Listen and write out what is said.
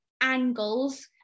angles